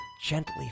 gently